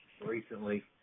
recently